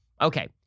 Okay